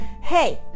hey